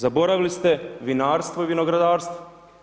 Zaboravili ste vinarstvo i vinogradarstvo.